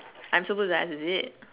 I'm supposed to ask is it